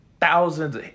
thousands